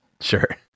Sure